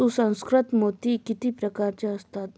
सुसंस्कृत मोती किती प्रकारचे असतात?